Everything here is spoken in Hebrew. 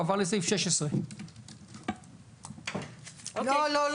הוא עבר לסעיף 16. לא,